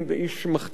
איש מחתרת ניל"י,